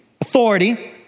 authority